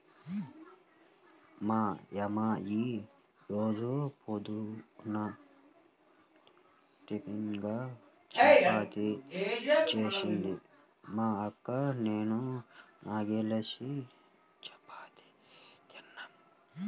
మా యమ్మ యీ రోజు పొద్దున్న టిపిన్గా చపాతీలు జేసింది, మా అక్క నేనూ నాల్గేసి చపాతీలు తిన్నాం